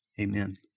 amen